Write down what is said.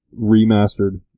remastered